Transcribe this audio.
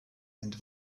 and